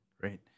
Great